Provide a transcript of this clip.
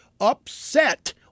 upset